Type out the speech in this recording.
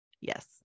Yes